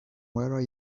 where